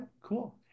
cool